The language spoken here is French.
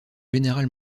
general